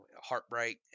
heartbreak